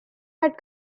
had